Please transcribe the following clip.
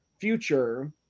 future